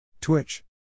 Twitch